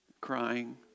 crying